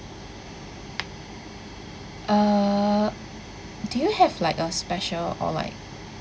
uh do you have like a special or like